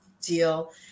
deal